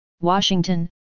Washington